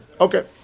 Okay